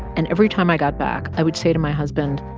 and every time i got back, i would say to my husband,